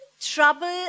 trouble